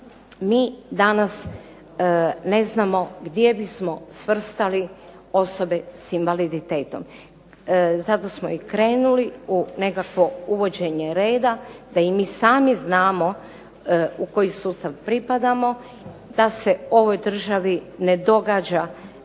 mi danas ne znamo gdje bismo svrstali osobe sa invaliditetom. Zato smo i krenuli u nekakvo uvođenje reda, da i mi sami znamo u koji sustav pripadamo, da se ovoj državi ne događa